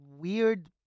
Weird